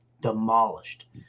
demolished